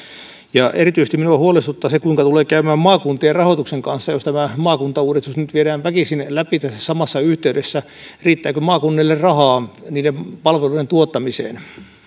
erityisesti minua huolestuttaa se kuinka tulee käymään maakuntien rahoituksen kanssa jos tämä maakuntauudistus nyt viedään väkisin läpi tässä samassa yhteydessä riittääkö maakunnille rahaa niiden palvelujen tuottamiseen